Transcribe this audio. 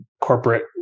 corporate